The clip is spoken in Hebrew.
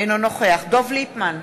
אינו נוכח דב ליפמן,